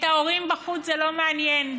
את ההורים בחוץ זה לא מעניין,